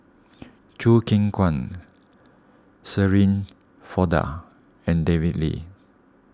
Choo Keng Kwang Shirin Fozdar and David Lee